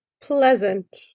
Pleasant